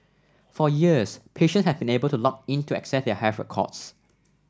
for years patients have been able to log in to access their health records